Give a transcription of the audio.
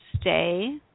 Stay